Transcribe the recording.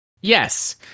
Yes